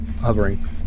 hovering